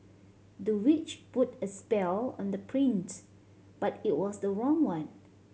the witch put a spell on the but it was the wrong one